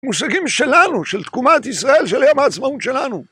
מושגים שלנו, של תקומת ישראל, של יום העצמאות שלנו.